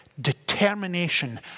determination